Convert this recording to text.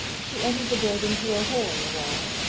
she entered the building through a hole in the wall,